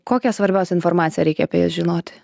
kokią svarbiausią informaciją reikia apie jas žinoti